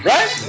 Right